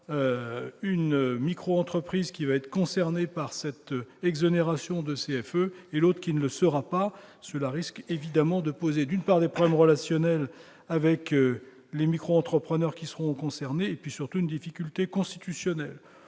une micro-entreprise sera concernée par cette exonération de CFE, et une autre ne le sera pas. Cela risque évidemment de poser, d'une part, des problèmes relationnels avec les micro-entrepreneurs concernés et surtout, d'autre part, une difficulté constitutionnelle.